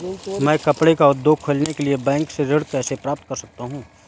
मैं कपड़े का उद्योग खोलने के लिए बैंक से ऋण कैसे प्राप्त कर सकता हूँ?